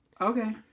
Okay